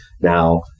Now